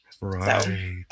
right